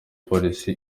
police